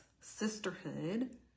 sisterhood